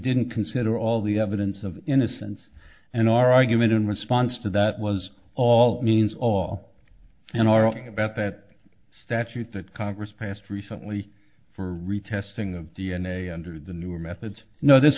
didn't consider all the evidence of innocence and or argument in response to that was all means all in or about that statute that congress passed recently for retesting of d n a under the newer methods no this